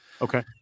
okay